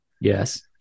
Yes